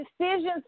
decisions